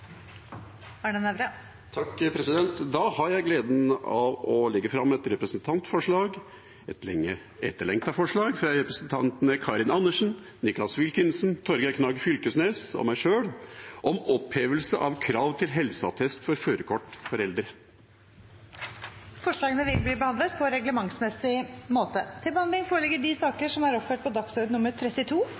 et lenge etterlengtet forslag – fra representantene Karin Andersen, Nicholas Wilkinson, Torgeir Knag Fylkesnes og meg sjøl om opphevelse av krav til helseattest for førerkort for eldre. Forslagene vil bli behandlet på reglementsmessig måte. Før sakene på dagens kart tas opp til behandling,